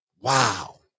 Wow